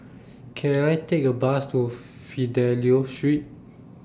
Can I Take A Bus to Fidelio Street